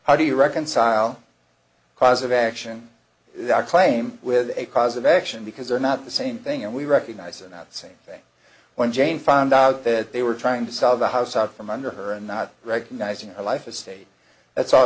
how do you reconcile cause of action that claim with a cause of action because they're not the same thing and we recognize in that same thing when jane found out that they were trying to sell the house out from under her and not recognizing a life estate that's all